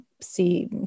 see